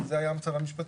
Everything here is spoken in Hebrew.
כי זה היה המצב המשפטי.